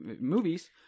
movies